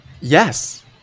Yes